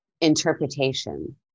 interpretation